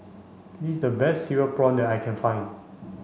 this is the best Cereal Prawn that I can find